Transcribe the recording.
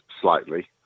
slightly